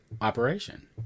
operation